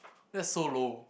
that's so low